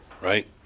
right